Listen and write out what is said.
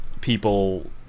people